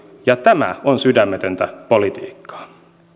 ja tämä on sydämetöntä politiikkaa